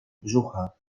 brzucha